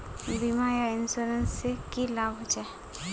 बीमा या इंश्योरेंस से की लाभ होचे?